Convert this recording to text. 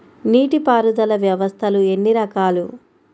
నీటిపారుదల వ్యవస్థలు ఎన్ని రకాలు?